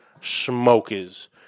smokers